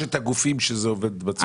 אלה שלושת הגופים שזה עובד בצורה הזאת.